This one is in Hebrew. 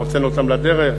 הוצאנו אותם לדרך.